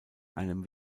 einem